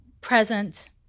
present